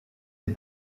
les